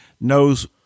knows